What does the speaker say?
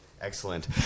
Excellent